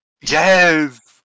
Yes